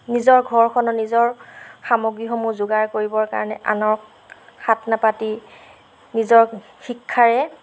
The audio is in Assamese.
নিজৰ ঘৰখনৰ নিজৰ সামগ্ৰীসমূহ যোগাৰ কৰিবৰ কাৰণে আনক হাত নাপাতি নিজৰ শিক্ষাৰে